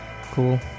Cool